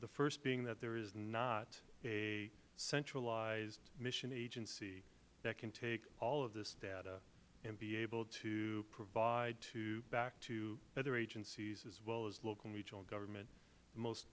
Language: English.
the first being that there is not a centralized mission agency that can take all of this data and be able to provide back to other agencies as well as local regional and government a most